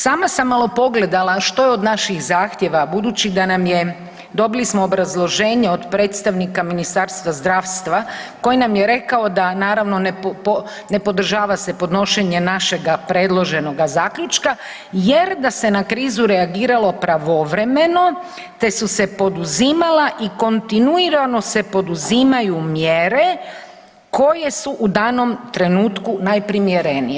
Sama sam malo pogledala što je od naših zahtijeva, budući da nam je, dobili smo obrazloženje od predstavnika Ministarstva zdravstva koji nam je rekao da naravno ne podržava se podnošenje našega predloženoga zaključka jer da se na krizu reagiralo pravovremeno, te su se poduzimala i kontinuirano se poduzimaju mjere koje su u danom trenutku najprimjerenije.